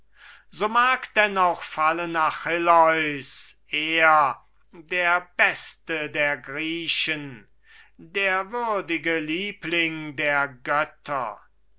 so mag denn auch fallen achilleus er der beste der griechen der würdige liebling der götter